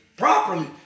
Properly